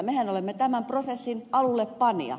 mehän olemme tämän prosessin alullepanija